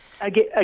Again